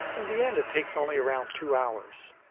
in the end it takes only around two hours.